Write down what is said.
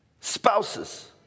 spouses